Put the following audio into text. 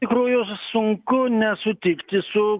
tikrųjų sunku nesutikti su